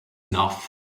enough